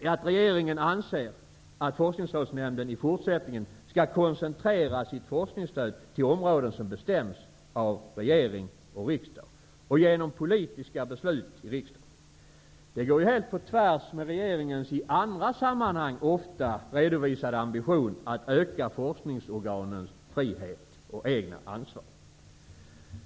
är att regeringen anser att FRN i fortsättningen skall koncentrera sitt forskningsstöd till områden som bestäms av regering och riksdag genom politiska beslut i riksdagen. Det går ju helt på tvärs med regeringens i andra sammanhang ofta redovisade ambition att öka forskningsorganens frihet och ansvar.